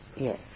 Yes